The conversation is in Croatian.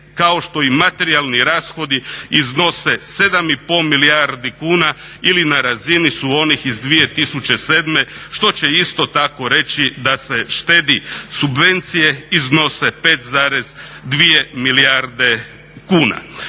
kao što i materijalni rashodi iznose 7,5 milijardi kuna ili na razini su onih iz 2007., što će isto tako reći da se štedi. Subvencije iznose 5,2 milijarde kuna.